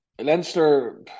Leinster